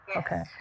okay